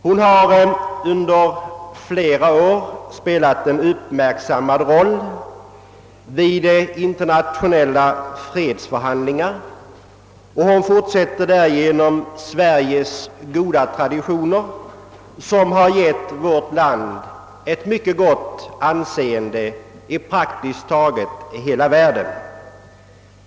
Hon har under flera år spelat en uppmärksammad roll vid internationella fredsförhandlingar och hon fortsätter därigenom Sveriges goda traditioner, som har givit vårt land ett mycket gott anseende i praktiskt taget hela världen.